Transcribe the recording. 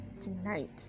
Tonight